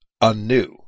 anew